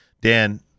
Dan